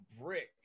brick